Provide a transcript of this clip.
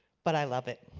but i love it.